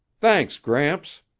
thanks, gramps.